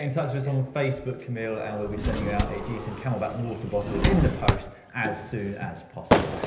in touch with us on facebook camille and we'll be sending you out a gcn camelbak water bottle in the post as soon as possible.